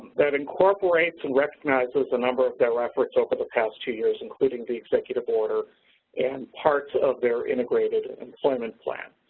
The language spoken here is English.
that incorporates and recognizes a number of their efforts over the past two years including the executive order and parts of their integrated employment plan.